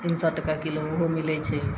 तीन सए टके किलो ओहो मिलै छै